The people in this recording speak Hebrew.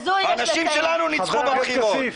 אנשים שלנו נצחו בבחירות.